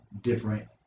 different